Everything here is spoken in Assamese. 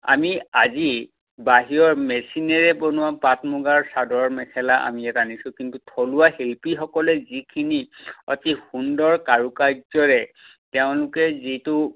আমি আজি বাহিৰৰ মেচিনেৰে বনোৱা পাট মুগাৰ চাদৰ মেখেলা আমি ইয়াত আনিছোঁ কিন্তু থলুৱা শিল্পীসকলে যিখিনি অতি সুন্দৰ কাৰোকাৰ্য্যৰে তেওঁলোকে যিটো